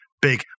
big